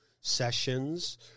sessions